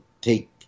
take